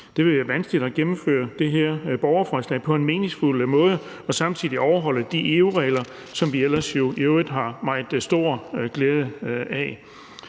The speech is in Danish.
være vanskeligt at gennemføre det her borgerforslag på en meningsfuld måde og samtidig overholde de EU-regler, som vi jo i øvrigt ellers har meget stor glæde af.